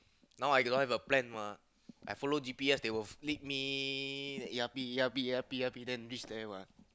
now I cannot have a plan mah I follow G_P_S they will lead me the E_R_P E_R_P E_R_P E_R_P then reach there mah